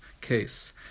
case